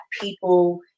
people